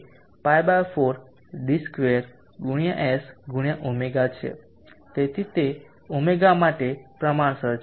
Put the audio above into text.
તેથી એ π 4 d2 × s × ω છે તેથી તે ω માટે પ્રમાણસર છે